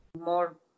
more